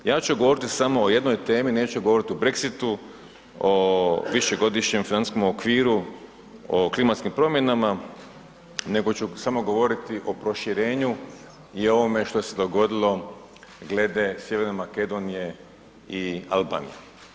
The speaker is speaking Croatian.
Ja ću govoriti samo o jednoj temi, neću govoriti o Brexitu, o višegodišnjem financijskom okviru, o klimatskim promjenama nego ću govoriti samo o proširenju i o ovome što se dogodilo glede Sjeverne Makedonije i Albanije.